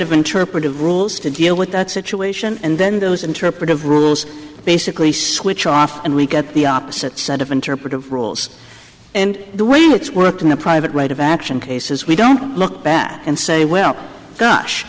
of interpretive rules to deal with that situation and then those interpretive rules basically switch off and we get the opposite set of interpretive rules and the way it's worked in the private right of action cases we don't know back and say well gosh